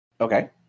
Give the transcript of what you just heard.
Okay